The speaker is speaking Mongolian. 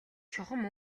чухам